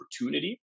opportunity